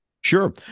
sure